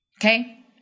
Okay